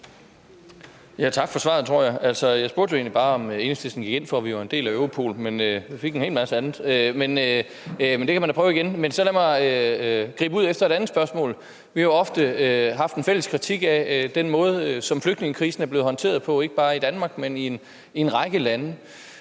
Tak for svaret, tror jeg. Jeg spurgte jo egentlig bare, om Enhedslisten går ind for, at vi er en del af Europol. Så fik jeg en hel masse andet, men man kan jo prøve igen. Så lad mig gribe ud efter et andet spørgsmål. Vi har ofte haft en fælles kritik af den måde, som flygtningekrisen er blevet håndteret på, ikke bare i Danmark, men i en række lande,